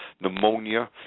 pneumonia